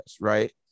Right